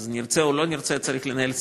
אז נרצה או לא נרצה נצטרך לנהל שיח,